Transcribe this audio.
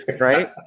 right